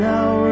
Now